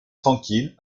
tranquille